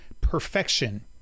perfection